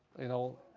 you know,